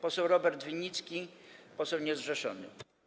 Poseł Robert Winnicki, poseł niezrzeszony.